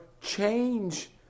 change